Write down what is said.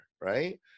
right